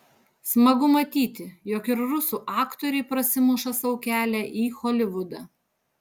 smagu matyti jog ir rusų aktoriai prasimuša sau kelią į holivudą